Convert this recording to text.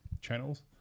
channels